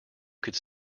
could